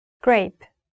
Grape